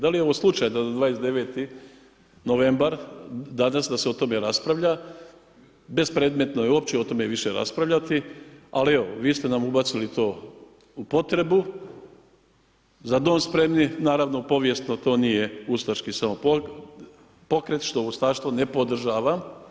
Da li je ovo slučajno da 29. novembar, danas da se o tome raspravlja, bespredmetno je uopće o tome više raspravljati, ali evo vi ste nam ubacili to u potrebu „Za dom spremni“ naravno povijesno to nije ustaški samo pokret što ustaštvo ne podržava.